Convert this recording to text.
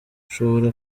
ushobora